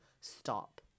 stop